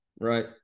right